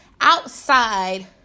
outside